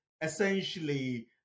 essentially